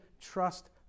trust